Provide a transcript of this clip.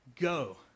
go